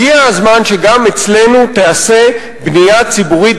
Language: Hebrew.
הגיע הזמן שגם אצלנו תיעשה בנייה ציבורית